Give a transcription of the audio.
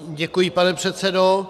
Děkuji, pane předsedo.